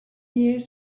years